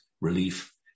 relief